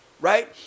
Right